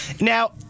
Now